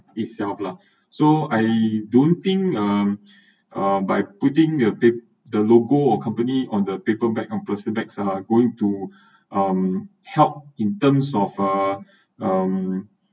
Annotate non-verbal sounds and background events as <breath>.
itself lah <breath> so I don't think um <breath> uh by putting the pa~ the logo or company on the paper bag or plastic bags are going to <breath> um helped in terms of uh um